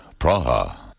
Praha